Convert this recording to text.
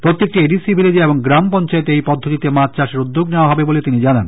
প্রত্যেকটি এডিসি ভিলেজে এবং গ্রাম পঞ্চায়েতে এই পদ্ধতিতে মাছ চাষের উদ্যোগ নেয়া হবে বলে তিনি জানান